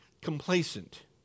complacent